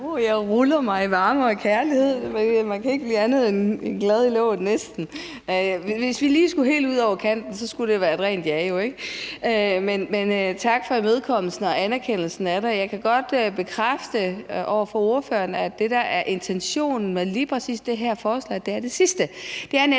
Jeg ruller mig i varme og kærlighed, for man kan næsten ikke blive andet end glad i låget. Hvis vi lige skulle helt ud over kanten, skulle det jo være et rent ja, ikke? Men tak for imødekommelsen og anerkendelsen af det. Jeg kan godt bekræfte over for ordføreren, at det, der er intentionen med lige præcis det her forslag, er det sidste;